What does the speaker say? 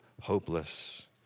hopeless